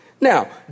Now